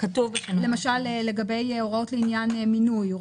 למשל הוראות לעניין מינוי,